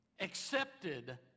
accepted